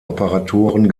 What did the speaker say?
operatoren